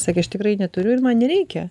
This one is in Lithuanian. sakė aš tikrai neturiu ir man nereikia